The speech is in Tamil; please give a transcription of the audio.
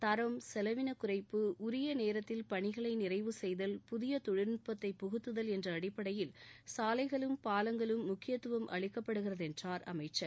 தரம் செலவினக் குறைப்பு உரிய நேரத்தில் பணிகளை நிறைவு செய்தல் புதிய தொழில்நுட்பத்தை புகுத்துதல் என்ற அடிப்படையில் சாலைகளும் பாலங்களும் முக்கியத்துவம் அளிக்கப்படுகிறது என்றார் அமைச்சர்